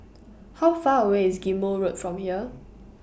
How Far away IS Ghim Moh Road from here